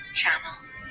channels